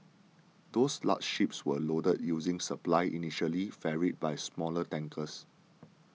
those large ships were loaded using supply initially ferried by smaller tankers